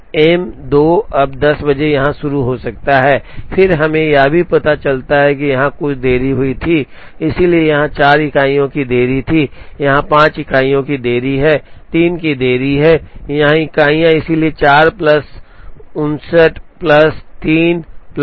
तो एम 2 अब 10 बजे यहां शुरू हो सकता है और फिर हमें यह भी पता चलता है कि यहां कुछ देरी हुई थी इसलिए यहां 4 इकाइयों की देरी थी यहां 5 इकाइयों की देरी है तीन की देरी है यहाँ इकाइयाँ इसलिए ४ प्लस ५ ९ प्लस ३ १२